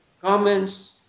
comments